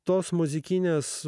tos muzikinės